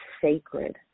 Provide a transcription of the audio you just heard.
sacred